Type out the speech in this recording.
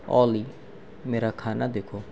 اولی میرا کھانا دیکھو